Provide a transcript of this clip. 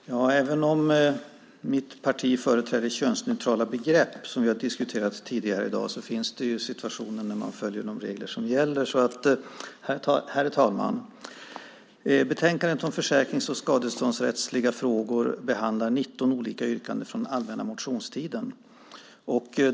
Herr talman! Även om mitt parti företräder könsneutrala begrepp som har diskuterats tidigare i dag finns det ju situationer när man följer de regler som gäller. Alltså säger jag: Herr talman! Betänkandet om försäkrings och skadeståndsrättsliga frågor behandlar 19 olika yrkanden från allmänna motionstiden.